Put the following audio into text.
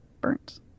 burnt